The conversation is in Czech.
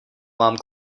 mám